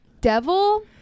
Devil